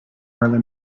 early